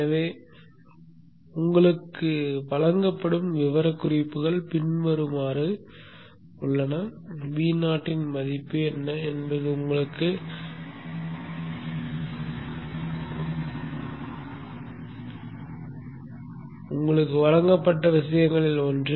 எனவே உங்களுக்கு வழங்கப்படும் விவரக்குறிப்புகள் பின்வருமாறு விவரக்குறிப்புகள் Vo இன் மதிப்பு என்ன என்பது உங்களுக்கு வழங்கப்பட்ட விஷயங்களில் ஒன்று